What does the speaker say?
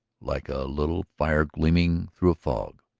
like a little fire gleaming through fog,